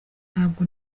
ntabwo